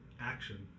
action